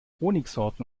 honigsorten